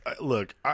Look